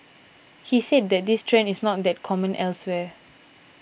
he said that this trend is not that common elsewhere